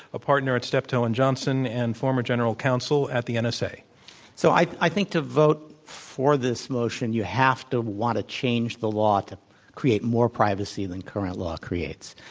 a partner at steptoe and johnson and former general counsel at the and nsa. so, i i think to vote for this motion, you have to want to change the law to create more privacy than current law creates.